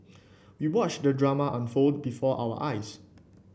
we watched the drama unfold before our eyes